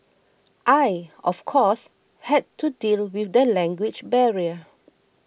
I of course had to deal with the language barrier